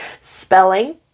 spelling